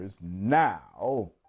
Now